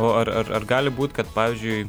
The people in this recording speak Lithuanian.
o ar ar ar gali būt kad pavyzdžiui